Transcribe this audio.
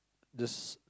just